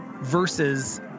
versus